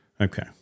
Okay